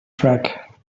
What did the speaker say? track